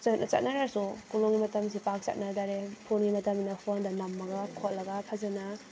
ꯆꯠꯅꯔꯁꯨ ꯀꯣꯂꯣꯝꯒꯤ ꯃꯇꯝꯁꯦ ꯄꯥꯛ ꯆꯠꯅꯗꯔꯦ ꯐꯣꯟꯒꯤ ꯃꯇꯝꯅꯤꯅ ꯐꯣꯟꯗ ꯅꯝꯃꯒ ꯈꯣꯠꯂꯒ ꯐꯖꯅ